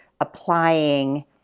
applying